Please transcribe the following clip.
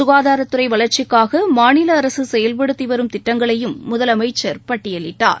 சுகாதாரத்துறை வளர்ச்சிக்காக மாநில அரசு செயல்படுத்தி வரும் திட்டங்களையும் முதலமைச்ச் பட்டியிலிட்டார்